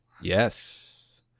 Yes